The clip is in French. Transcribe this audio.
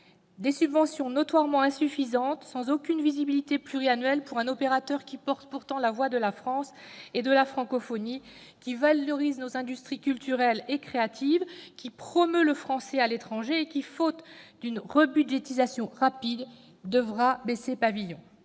des subventions notoirement insuffisantes sans aucune visibilité pluriannuelle, pour un opérateur qui porte pourtant la voix de la France et de la francophonie, qui valorise nos industries culturelles et créatives, qui promeut le français à l'étranger et qui, faute d'une rebudgétisation rapide, devra probablement baisser pavillon.